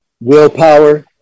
willpower